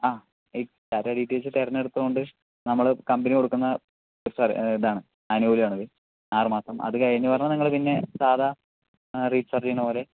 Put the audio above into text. ഈ Tata D T H തെരഞ്ഞെടുത്ത കൊണ്ട് നമ്മൾ കമ്പനി കൊടുക്കുന്ന ഇതാണ് ആനുകൂല്യം ആണ് ഇത് ആറ് മാസം അത് കഴിഞ്ഞ് പറഞ്ഞാൽ നിങ്ങള് പിന്നെ സാധാ റീചാർജ് ചെയ്യുന്ന പോലെ